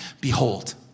Behold